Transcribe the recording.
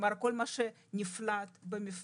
כלומר כל מה שנפלט במפרץ,